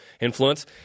influence